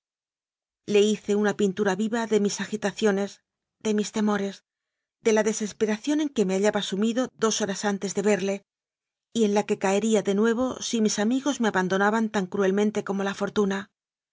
le hice una pintura viva de mis agitaciones de mis temores de la desesperación en que me hallaba sumido dos horas antes de verle y en la que caería de nuevo si mis amigos me abandona ban tan cruelmente como la fortuna